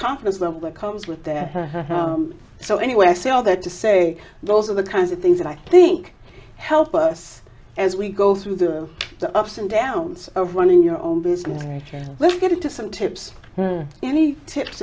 confidence level that comes with that so anyway i say all that to say those are the kinds of things that i think help us as we go through them the ups and downs of running your own business and let's get to some tips any tips